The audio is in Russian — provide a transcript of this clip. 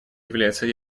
является